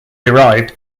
derived